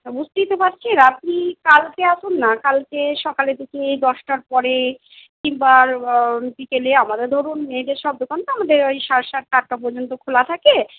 বুঝতেই তো পারছেন আপনি কালকে আসুন না কালকে সকালের দিকে এই দশটার পরে কিংবা বিকেলে আমারও ধরুন মেয়েদের সব দোকান তো আমাদের ওই সাড়ে সাতটা আটটা পর্যন্ত খোলা থাকে